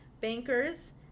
bankers